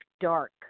dark